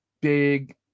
big